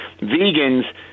vegans